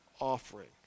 offering